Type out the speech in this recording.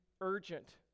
urgent